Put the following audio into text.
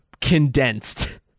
condensed